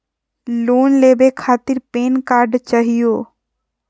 Loan लेवे खातीर PAN card चाहियो?